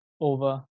over